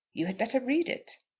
you had better read it.